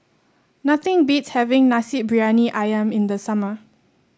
nothing beats having Nasi Briyani ayam in the summer